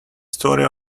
story